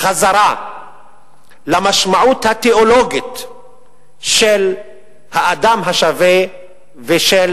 חזרה למשמעות התיאולוגית של האדם השווה ושל